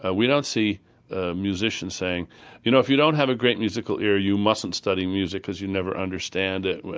ah we don't see musicians saying you know if you don't have a great musical ear you mustn't study music because you'll never understand it.